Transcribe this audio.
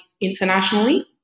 internationally